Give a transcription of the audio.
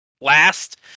last